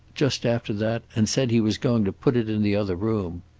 just after that, and said he was going to put it in the other room.